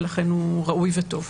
ולכן הוא ראוי וטוב.